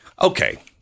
Okay